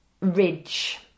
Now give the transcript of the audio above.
ridge